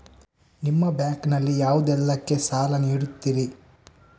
ನಿಮ್ಮ ಬ್ಯಾಂಕ್ ನಲ್ಲಿ ಯಾವುದೇಲ್ಲಕ್ಕೆ ಸಾಲ ನೀಡುತ್ತಿರಿ?